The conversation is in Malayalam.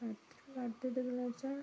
വച്ചാൽ